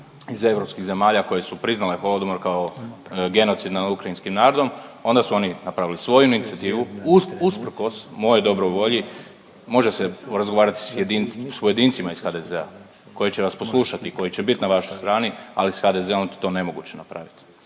iz europskih zemalja koje su priznale Holodomor kao genocid nad ukrajinskim narodom onda su oni napravili svoju inicijativu usprkos mojoj dobroj volji može se razgovarati s pojedincima iz HDZ-a koji će vas po slušati i koji će biti na vašoj strani, ali s HDZ-om je to nemoguće napravit.